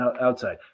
outside